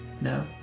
No